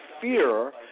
fear